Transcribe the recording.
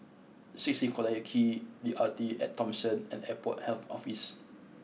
Sixteen Collyer Quay The Arte at Thomson and Airport Health Office